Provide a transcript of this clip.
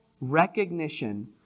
recognition